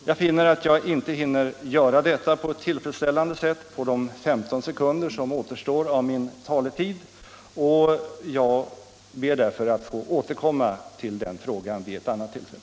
Jag finner att jag inte hinner göra detta på ett tillfredsställande sätt på de 15 sekunder som återstår av min taletid, och jag ber därför att få återkomma till den frågan vid ett annat tillfälle.